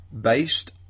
based